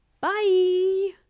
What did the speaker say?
Bye